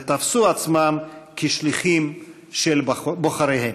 ותפסו את עצמם כשליחים של בוחריהם.